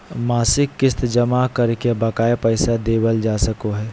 मासिक किस्त जमा करके बकाया पैसा देबल जा सको हय